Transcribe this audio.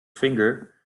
finger